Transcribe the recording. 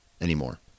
anymore